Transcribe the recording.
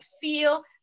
feel